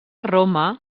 roma